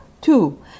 two